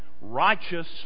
righteous